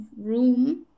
room